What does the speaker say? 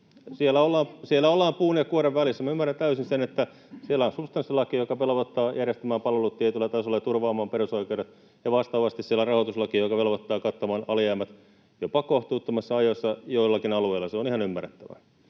Siellä ollaan puun ja kuoren välissä. Minä ymmärrän täysin sen, että siellä on substanssilaki, joka velvoittaa järjestämään palvelut tietyllä tasolla ja turvaamaan perusoikeudet, ja vastaavasti siellä on rahoituslaki, joka velvoittaa kattamaan alijäämät jopa kohtuuttomassa ajassa joillakin alueilla. Se on ihan ymmärrettävää.